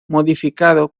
modificado